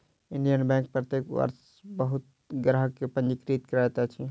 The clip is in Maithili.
इंडियन बैंक प्रत्येक वर्ष बहुत ग्राहक के पंजीकृत करैत अछि